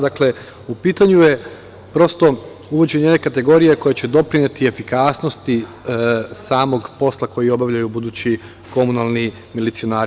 Dakle, u pitanju je prosto uvođenje kategorije koja će doprineti efikasnosti samog posla koji obavljaju budući komunalni milicioneri.